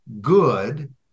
good